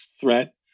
threat